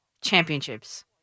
championships